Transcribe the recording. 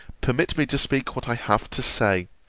permit me to speak what i have to say,